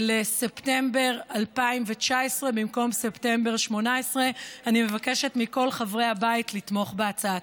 לספטמבר 2019 במקום ספטמבר 2018. אני מבקשת מכל חברי הבית לתמוך בהצעה.